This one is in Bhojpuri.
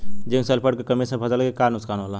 जिंक सल्फेट के कमी से फसल के का नुकसान होला?